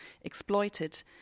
exploited